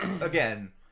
again